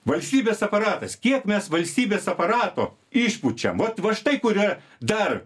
valstybės aparatas kiek mes valstybės aparato išpučiam vat va štai kur yra dar